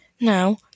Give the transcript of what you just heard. Now